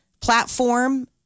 platform